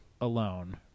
alone